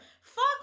Fuck